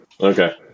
Okay